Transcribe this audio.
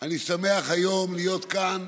אני שמח היום להיות כאן,